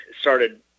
started